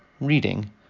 reading